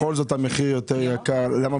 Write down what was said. הממשלה הקודמת, נשארו להם 54